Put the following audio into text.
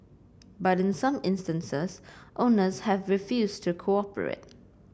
but in some instances owners have refused to cooperate